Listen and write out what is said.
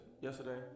yesterday